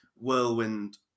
whirlwind